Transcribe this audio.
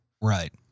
Right